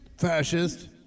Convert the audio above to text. Fascist